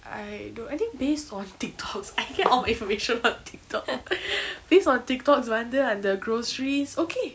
I don't I think based on tiktoks I get all my information on tiktok based on tiktok வந்து அந்த:vanthu antha groceries ookay